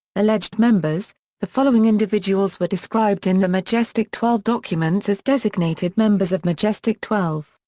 alleged members the following individuals were described in the majestic twelve documents as designated members of majestic twelve.